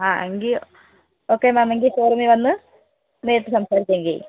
ആ എങ്കിൽ okay ma'am എങ്കിൽ ശോറൂമിൽ വന്ന് നേരിട്ട് സംസാരിക്കുകയും ചെയ്യാം